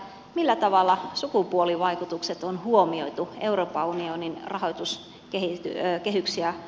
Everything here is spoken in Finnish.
millä tavalla sukupuolivaikutukset on huomioitu euroopan unionin rahoituskehyksiä laadittaessa